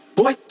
boy